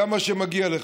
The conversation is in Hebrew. גם מה שמגיע לך.